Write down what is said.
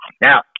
Now